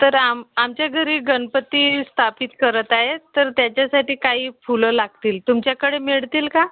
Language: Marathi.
तर आम आमच्या घरी गणपती स्थापित करत आहेत तर त्याच्यासाठी काही फुलं लागतील तुमच्याकडे मिळतील का